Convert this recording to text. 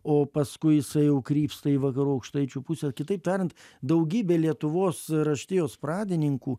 o paskui jisai jau krypsta į vakarų aukštaičių pusę kitaip tariant daugybė lietuvos raštijos pradininkų